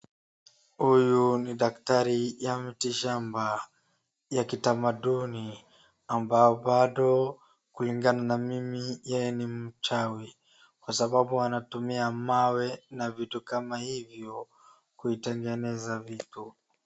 Huyu ni daktari ya mti shamba ya kitamaduni ambayo bado kulingana na mimi yeye ni mchawi kwa sababu anatumia mawe na vitu kama hivyo kuitengeneza vitu.